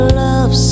love